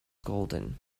golden